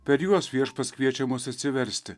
per juos viešpats kviečia mus atsiversti